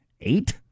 Eight